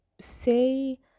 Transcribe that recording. Say